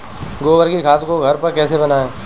गोबर की खाद को घर पर कैसे बनाएँ?